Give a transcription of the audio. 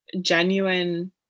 genuine